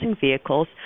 vehicles